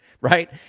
right